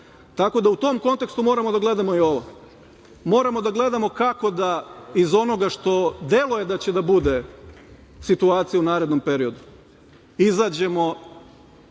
loše. Tako da, u tom kontekstu moramo da gledamo i ovo, moramo da gledamo kako da iz onoga što deluje da će da bude situacija u narednom periodu izađemo